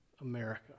America